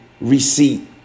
receipt